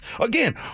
Again